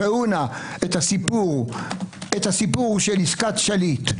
ראו נא את הסיפור של עסקת שליט.